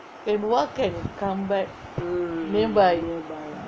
can walk and come back nearby